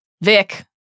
Vic